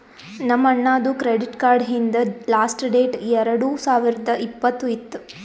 ನಮ್ ಅಣ್ಣಾದು credit card ಹಿಂದ್ ಲಾಸ್ಟ್ ಡೇಟ್ ಎರಡು ಸಾವಿರದ್ ಇಪ್ಪತ್ತ್ ಇತ್ತು